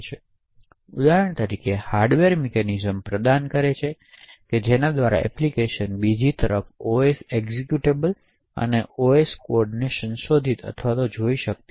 તેથી ઉદાહરણ તરીકે હાર્ડવેર મિકેનિઝમ્સ પ્રદાન કરે છે જેના દ્વારા એપ્લિકેશન બીજી તરફ OS એક્ઝેક્યુટેબલ અને ઓએસ કોડને સંશોધિત કરી અથવા જોઈ શકતી નથી